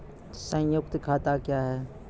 संयुक्त खाता क्या हैं?